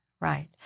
right